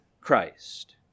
Christ